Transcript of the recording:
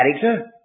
character